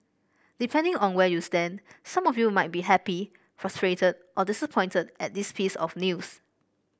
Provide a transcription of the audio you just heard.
depending on where you stand some of you might be happy frustrated or disappointed at this piece of news